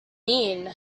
mean